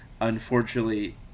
unfortunately